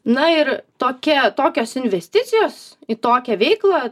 na ir tokia tokios investicijos į tokią veiklą